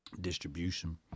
distribution